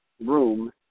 room